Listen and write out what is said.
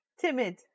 timid